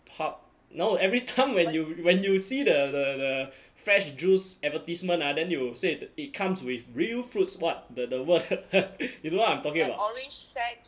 pulp no everytime when you when you see the the the fresh juice advertisement ah then they will say it comes with real fruits what the the word you you know what I'm talking about